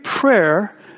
prayer